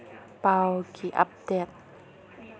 ꯄꯥꯎꯒꯤ ꯑꯞꯗꯦꯠ